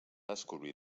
descobrir